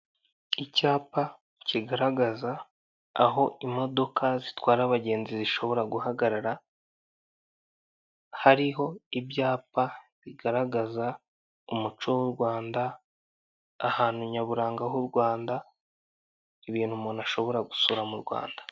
Icyapa kigaragaza aho imodoka zitwara abagenzi zishobora guhagarara hariho ibyapa bigaragaza umuco w' u Rwanda, ahantu nyaburanga h' u Rwanda ibintu umuntu ashobora gusura mu Rwanda.